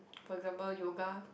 for example yoga